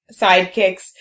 sidekicks